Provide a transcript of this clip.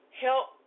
help